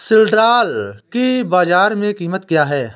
सिल्ड्राल की बाजार में कीमत क्या है?